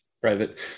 private